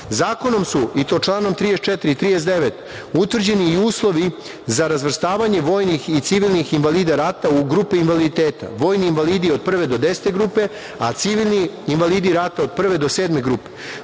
Zakonom su, i to članom 34. i 39. utvrđeni i uslovi za razvrstavanje vojnih i civilnih invalida rata u grupe invaliditeta, vojni invalidi od prve do 10 grupe, a civilni invalidi rata od prve do sedme grupe,